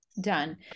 done